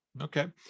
Okay